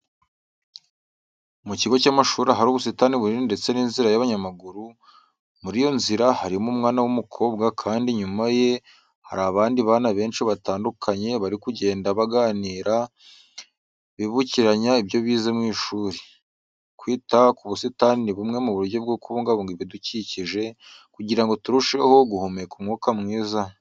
Ku kigo cy'amashuri ahari ubusitani bunini ndetse n'inzira y'abanyamaguru. Muri iyo nzira harimo umwana w'umukobwa kandi inyuma ye hari abandi bana benshi batandukanye bari kugenda baganira bibukiranya ibyo bize mu ishuri. Kwita ku busitani ni bumwe mu buryo bwo kubungabunga ibidukikije, kugira ngo turusheho guhumeka umwuka mwiza.